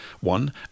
one